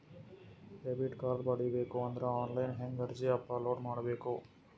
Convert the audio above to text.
Debit card ಪಡಿಬೇಕು ಅಂದ್ರ online ಹೆಂಗ್ ಅರ್ಜಿ ಅಪಲೊಡ ಮಾಡಬೇಕು?